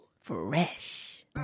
Fresh